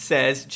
Says